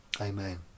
amen